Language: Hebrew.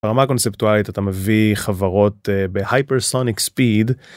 ברמה הקונספטואלית אתה מביא חברות בHypersonic Speed.